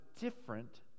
different